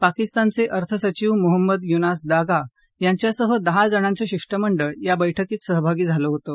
पाकिस्तानचे अर्थ सचिव मोहम्मद युनास दागा यांच्या सह दहा जणांचं शिष्टमंडळ या बैठकीत सहभागी झालं होतं